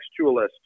textualist